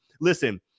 Listen